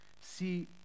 See